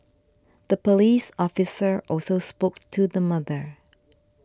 the police officer also spoke to the mother